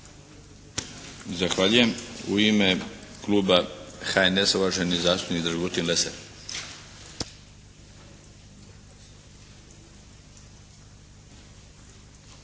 Zahvaljujem. U ime kluba HNS-a, uvaženi zastupnik Dragutin Lesar.